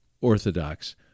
orthodox